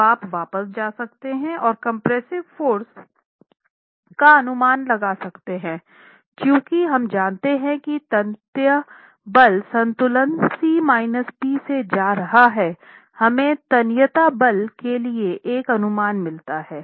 अब आप वापस जा सकते हैं और कंप्रेसिव फोर्स का अनुमान लगा सकते हैं और चूंकि हम जानते हैं कि तन्यता बल संतुलन C P से जा रहा है हमें तन्यता बल के लिए एक अनुमान मिलता है